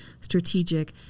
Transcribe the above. strategic